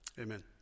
Amen